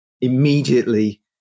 immediately